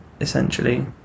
essentially